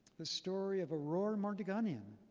the story of aurora mardiganian,